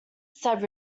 said